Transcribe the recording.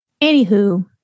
anywho